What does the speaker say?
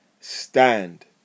stand